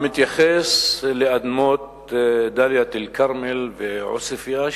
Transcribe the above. המתייחס לאדמות דאלית-אל-כרמל ועוספיא,